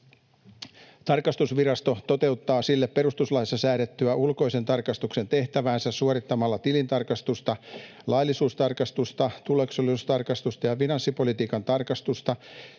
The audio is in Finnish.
Tarkastusvirasto toteuttaa sille perustuslaissa säädettyä ulkoisen tarkastuksen tehtäväänsä suorittamalla tilintarkastusta, laillisuustarkastusta, tuloksellisuustarkastusta ja finanssipolitiikan tarkastusta